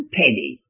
penny